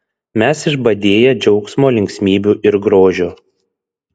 mes išbadėję džiaugsmo linksmybių ir grožio